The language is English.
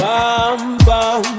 Bam-bam